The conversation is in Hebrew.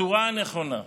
בצורה הנכונה.